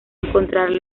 encontrar